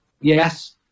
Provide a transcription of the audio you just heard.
Yes